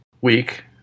week